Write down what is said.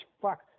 fuck